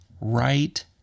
right